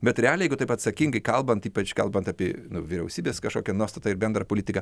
bet realiai jeigu taip atsakingai kalbant ypač kalbant apie nu vyriausybės kažkokią nuostatą ir bendrą politiką